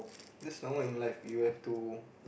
that's normal in life you have to